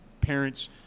parents